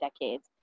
decades